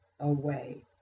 away